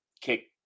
kick